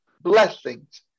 blessings